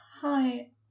Hi